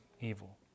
evil